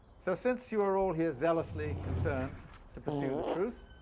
so since you're all here zealously concerned to pursue the truth,